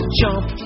jump